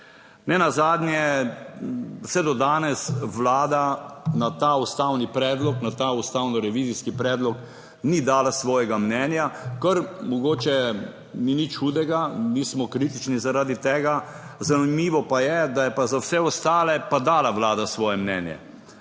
Nenazadnje vse do danes Vlada na ta ustavni predlog, na ta ustavnorevizijski predlog ni dala svojega mnenja. Kar mogoče ni nič hudega, nismo kritični zaradi tega, zanimivo pa je, da je pa za vse ostale pa dala Vlada svoje mnenje,